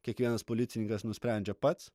kiekvienas policininkas nusprendžia pats